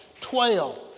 twelve